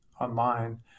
online